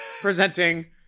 presenting